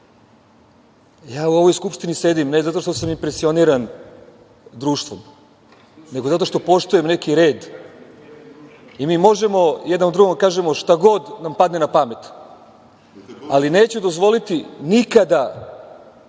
Ja u ovoj Skupštini sedim, ne zato što sam impresioniran društvom, nego zato što poštujem neki red i mi možemo jedno drugom da kažemo šta god nam padne na pamet, ali neću dozvoliti nikada